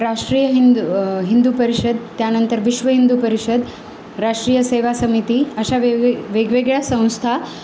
राष्ट्रीय हिंदू हिंदू परिषद त्यानंतर विश्व हिंदू परिषद राष्ट्रीय सेवा समिती अशा वेगवे वेगवेगळ्या संस्था